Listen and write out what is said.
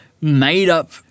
made-up